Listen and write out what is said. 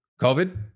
COVID